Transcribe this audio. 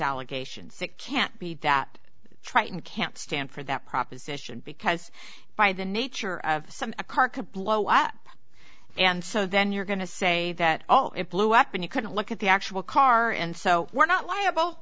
allegations that can't be that tritone can't stand for that proposition because by the nature of some a car could blow up and so then you're going to say that all it blew up and you couldn't look at the actual car and so we're not